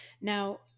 Now